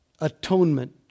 atonement